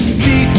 see